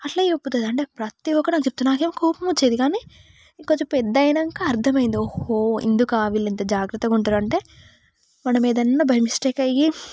అట్లా చెపుతుంది అంటే ప్రతి ఒకటి నాకు చెప్తుంది నాకేమో కోపం వచ్చేది కానీ కొంచెం పెద్ద అయినాక అర్థమైంది ఓహో ఇందుకా వీళ్ళు ఇంత జాగ్రత్తగా ఉంటారంటే మనం ఏదైనా బై మిస్టేక్ అయ్యి